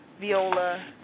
viola